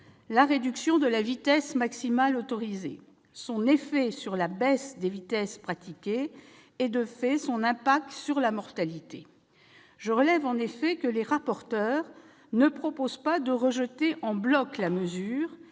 la réduction de la vitesse maximale autorisée, son effet sur la baisse des vitesses pratiquées et, de fait, sur la mortalité. Je relève en effet que les rapporteurs proposent non pas de rejeter en bloc la mesure,